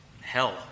hell